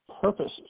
purposes